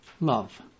love